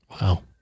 Wow